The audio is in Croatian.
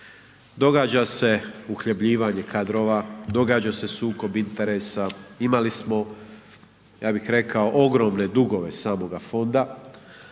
događa se uhljebljivanje kadrova, događa se sukob interesa, imali smo ja bih rekao ogromne dugove samoga fonda